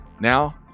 Now